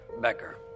Becker